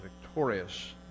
victorious